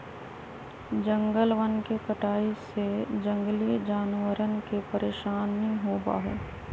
जंगलवन के कटाई से जंगली जानवरवन के परेशानी होबा हई